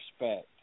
respect